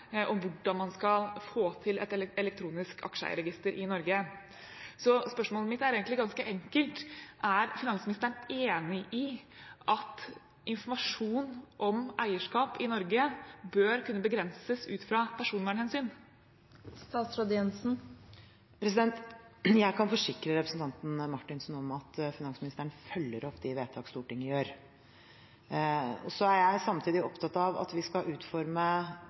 om hvordan man skal få til et elektronisk aksjeeierregister i Norge. Spørsmålet mitt er egentlig ganske enkelt: Er finansministeren enig i at informasjon om eierskap i Norge bør kunne begrenses ut fra personvernhensyn? Jeg kan forsikre representanten Marthinsen om at finansministeren følger opp de vedtak Stortinget fatter. Så er jeg samtidig opptatt av at vi skal utforme